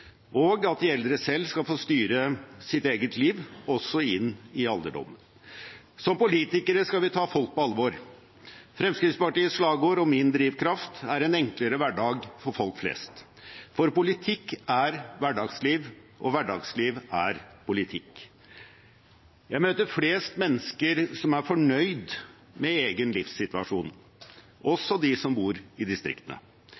og at de eldre selv skal få styre sitt eget liv, også inn i alderdommen. Som politikere skal vi ta folk på alvor. Fremskrittspartiets slagord – og min drivkraft – er en enklere hverdag for folk flest. For politikk er hverdagsliv – og hverdagsliv er politikk. Jeg møter flest mennesker som er fornøyd med egen livssituasjon,